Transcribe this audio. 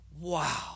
Wow